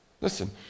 Listen